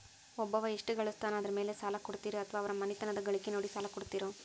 ಒಬ್ಬವ ಎಷ್ಟ ಗಳಿಸ್ತಾನ ಅದರ ಮೇಲೆ ಸಾಲ ಕೊಡ್ತೇರಿ ಅಥವಾ ಅವರ ಮನಿತನದ ಗಳಿಕಿ ನೋಡಿ ಸಾಲ ಕೊಡ್ತಿರೋ?